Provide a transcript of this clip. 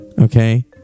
Okay